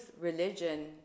religion